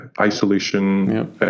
isolation